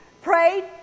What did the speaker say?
prayed